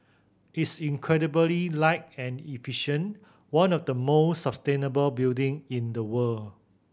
it's incredibly light and efficient one of the more sustainable building in the world